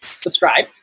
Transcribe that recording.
Subscribe